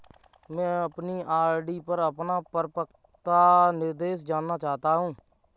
मैं अपनी आर.डी पर अपना परिपक्वता निर्देश जानना चाहता हूँ